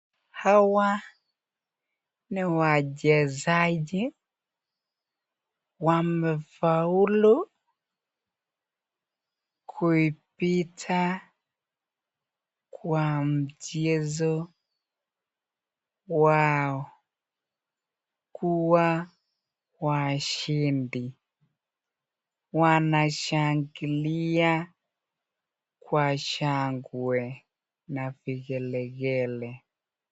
Hawa ni wachesaji wamefaulu kuipita Kwa mchezo wao kuwa washindi kuipita kwa mchezo wanashangilia kwa shangwe na vigelegele.